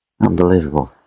Unbelievable